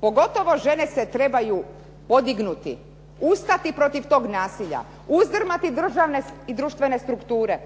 Pogotovo žene se trebaju podignuti, ustati protiv toga nasilja, uzdrmati državne i društvene strukture.